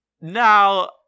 Now